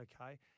okay